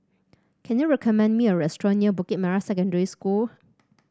can you recommend me a restaurant near Bukit Merah Secondary School